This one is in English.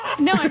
no